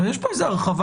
יש כאן איזו הרחבה.